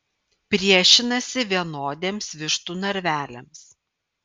priešinasi vienodiems vištų narveliams